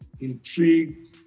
intrigued